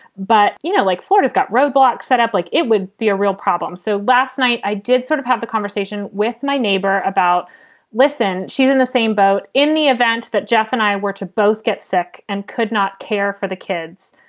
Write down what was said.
but you know, like floyd has got roadblocks set up, like it would be a real problem. so last night i did sort of have the conversation with my neighbor about listen. she's in the same boat in the event that jeff and i were to both get sick and could not care for the kids.